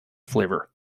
flavor